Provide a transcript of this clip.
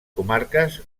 comarques